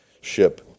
ship